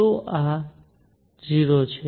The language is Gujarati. તો આ 0 છે